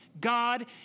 God